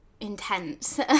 intense